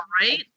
right